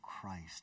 Christ